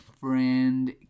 friend